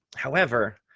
however,